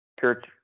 church